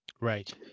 Right